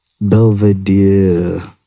Belvedere